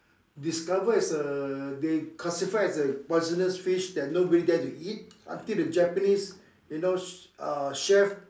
discover as a they classify as a poisonous fish that nobody dare to eat until the Japanese you know uh chef